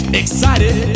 excited